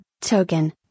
token